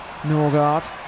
Norgard